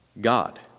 God